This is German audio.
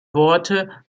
worte